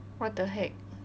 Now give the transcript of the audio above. what the heck